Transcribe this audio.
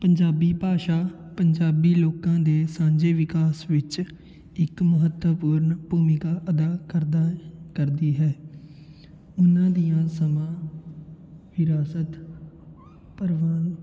ਪੰਜਾਬੀ ਭਾਸ਼ਾ ਪੰਜਾਬੀ ਲੋਕਾਂ ਦੇ ਸਾਂਝੇ ਵਿਕਾਸ ਵਿੱਚ ਇੱਕ ਮਹੱਤਵਪੂਰਨ ਭੂਮਿਕਾ ਅਦਾ ਕਰਦਾ ਕਰਦੀ ਹੈ ਉਹਨਾਂ ਦੀਆਂ ਸਮਾਂ ਹਿਰਾਸਤ ਪਰਵਾਨ